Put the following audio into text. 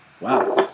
Wow